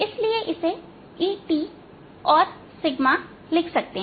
इसलिए हम इसे E औरलिख सकते हैं